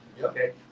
Okay